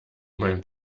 mein